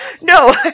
No